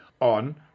on